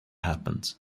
happened